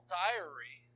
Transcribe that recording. diary